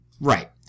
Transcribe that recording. right